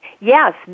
Yes